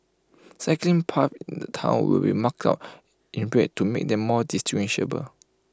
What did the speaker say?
cycling paths in the Town will be marked out in red to make them more distinguishable